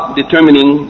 determining